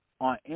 On